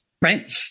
right